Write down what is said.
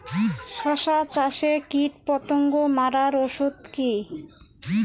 শসা চাষে কীটপতঙ্গ মারার ওষুধ কি?